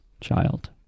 child